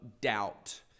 doubt